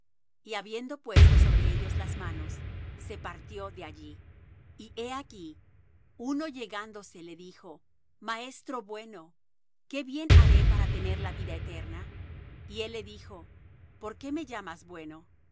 y habiendo puesto sobre ellos las manos se partió de allí y he aquí uno llegándose le dijo maestro bueno qué bien haré para tener la vida eterna y él le dijo por qué me llamas bueno